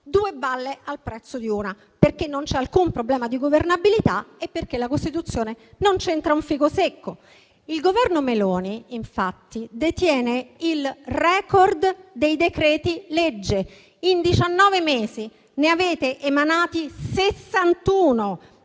Due balle al prezzo di una, perché non c'è alcun problema di governabilità e perché la Costituzione non c'entra un fico secco. Il Governo Meloni, infatti, detiene il *record* dei decreti-legge. In diciannove mesi ne avete emanati 61,